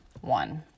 one